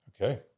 Okay